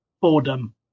boredom